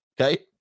okay